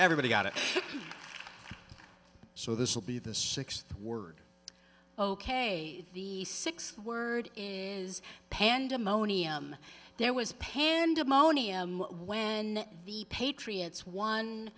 everybody got it so this will be the sixth word ok the six word is pandemonium there was pandemonium when the patriots won